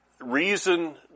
reason